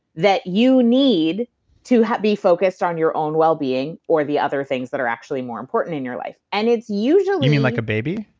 that you need to be focused on your own wellbeing or the other things that are actually more important in your life. and it's usually you mean like a baby?